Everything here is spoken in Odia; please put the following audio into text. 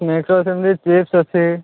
ସ୍ନାକ୍ସ ସେମିତି ଟେଷ୍ଟ ଅଛି